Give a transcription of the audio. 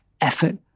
effort